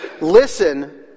Listen